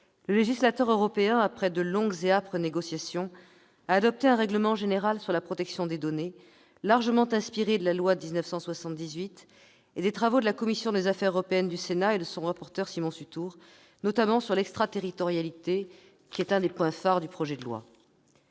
le législateur européen, après de longues et âpres négociations, a adopté un règlement général sur la protection des données largement inspiré de la loi de 1978 et des travaux de la commission des affaires européennes du Sénat, et de son rapporteur, Simon Sutour, notamment sur l'extraterritorialité, l'un des points phares du projet de loi.